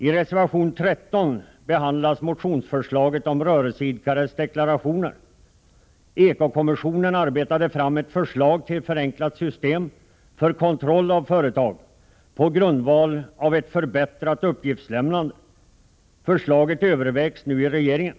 I reservation 13 behandlas motionsförslaget om rörelseidkares deklarationer. Eko-kommissionen arbetade fram ett förslag till förenklat system för kontroll av företag på grundval av ett förbättrat uppgiftslämnande. Förslaget övervägs nu i regeringen.